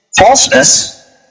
falseness